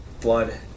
blood